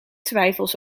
twijfels